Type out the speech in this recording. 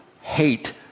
hate